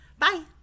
Bye